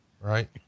right